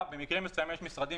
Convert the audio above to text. המיסוי.